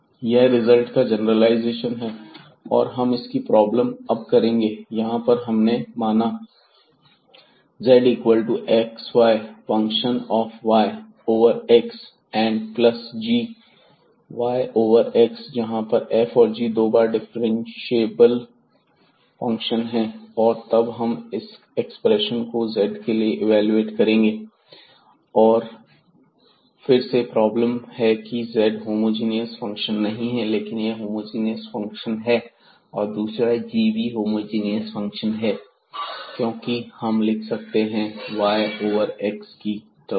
यह रिजल्ट का जनरलाइजेशन है और हम इसकी एक प्रॉब्लम अब करेंगे यहां पर हमने माना z equal to x y function of y over x and plus g y over x जहां पर f और g दो बार डिफ्रेंशिएबल फंक्शन है और तब हम इस एक्सप्रेशन को z के लिए इवेलुएट करेंगे फिर से प्रॉब्लम है की z होमोजीनियस फंक्शन नहीं है लेकिन यह होमोजीनियस फंक्शन है और दूसरा g भी होमोजीनियस फंक्शन है क्योंकि हम लिख सकते हैं इसे y ओवर x की टर्म में